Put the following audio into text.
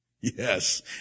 Yes